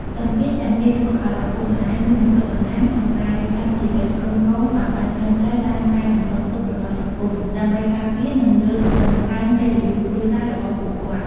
សម្ពាធទាំងនេះធ្វើឲ្យឪពុកម្ដាយមានបន្ទុកបន្ថែមក្នុងការរៀបចំជីវិតកូនៗឲ្យបានត្រឹមត្រូវតាមការរំពឹងទុករបស់សង្គម ដើម្បីការពារ និងលើកតម្កើងកិត្តិយសគ្រួសាររបស់ពួកគាត់។